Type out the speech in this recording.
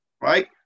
right